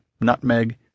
nutmeg